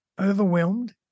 overwhelmed